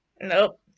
Nope